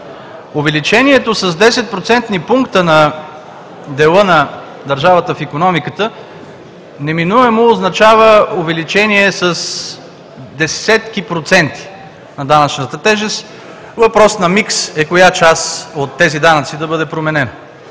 Увеличението с 10 процентни пункта на дела на държавата в икономиката неминуемо означава увеличение с десетки проценти на данъчната тежест. Въпрос на микс е коя част от тези данъци да бъде променена,